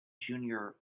junior